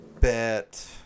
Bet